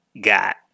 got